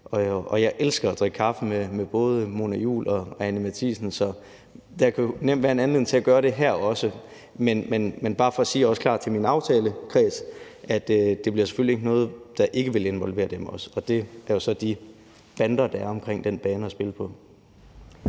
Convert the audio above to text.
og jeg elsker at drikke kaffe med både Mona Juul og Anni Matthiesen, så der kan jo også nemt være en anledning til at gøre det her. Men det er også bare for at sige klart til min aftalekreds, at det selvfølgelig ikke bliver noget, der ikke også vil involvere dem, og det er jo så de bander, der er omkring den bane, der kan spilles på.